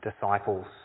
disciples